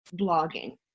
blogging